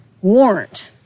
warrant